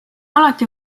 alati